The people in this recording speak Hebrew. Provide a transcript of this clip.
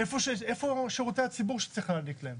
איפה שירותי הציבור שצריך להעניק להם?